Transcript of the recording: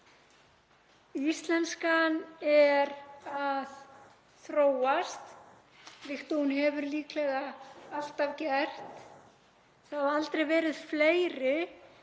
Íslenskan er að þróast líkt og hún hefur líklega alltaf gert. Það hafa aldrei verið fleiri